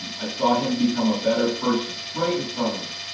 um i saw him become a better person right in front of me.